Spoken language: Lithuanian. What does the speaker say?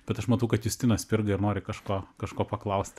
bet aš matau kad justinas spirga ir nori kažko kažko paklaust